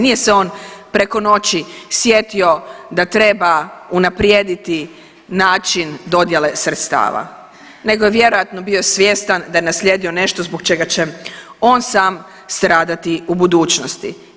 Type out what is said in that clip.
Nije se on preko noći sjetio da treba unaprijediti način dodjele sredstava nego je vjerojatno bio svjestan da je naslijedio nešto zbog čega će on sam stradati u budućnosti.